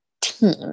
team